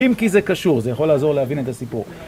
אם כי זה קשור, זה יכול לעזור להבין את הסיפור.